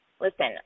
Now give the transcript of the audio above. Listen